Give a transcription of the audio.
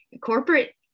corporate